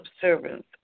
servants